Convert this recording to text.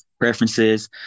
preferences